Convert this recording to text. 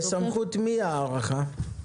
בסמכות מי ההארכה?